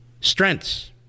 Strengths